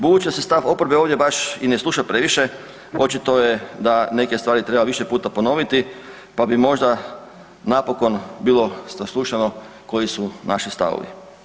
Budući da se stav oporbe ovdje baš i ne sluša previše, očito je da neke stvari treba više puta ponoviti pa bi možda napokon bilo saslušano koji su naši stavovi.